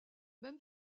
même